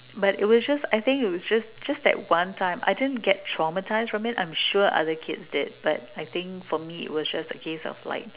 but it was just I think it was just just that one time I didn't get traumatized from it I'm sure other kids did but I think for me it was just a gist of like